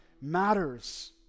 matters